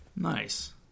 Nice